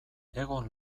egon